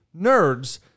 Nerds